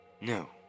No